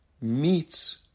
meets